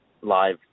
live